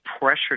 pressure